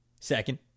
second